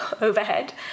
overhead